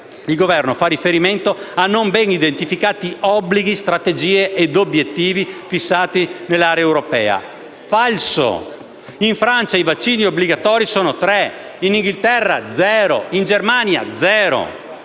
il Governo fa riferimento a non ben identificati obblighi, strategie ed obiettivi fissati nell'area europea. È falso! In Francia i vaccini obbligatori sono tre, mentre in Inghilterra e in Germania il